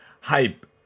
Hype